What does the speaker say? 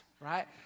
right